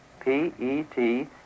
P-E-T